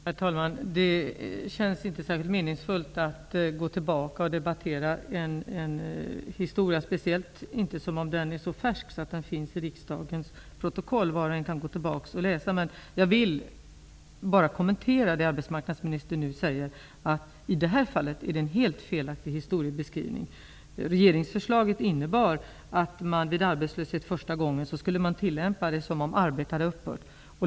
Herr talman! Det känns inte särskilt meningsfullt att gå tillbaka och debattera en histora, särskilt inte om den är så färsk så att den finns i riksdagens protokoll; var och en kan gå tillbaka i protokollen och läsa. Jag vill bara kommentera det arbetsmarknadsministern nu säger. I det här fallet är det en helt felaktig historieskrivning. Regeringsförslaget innebar att vid arbetslöshet första gången skulle reglerna tillämpas som om arbetet hade upphört.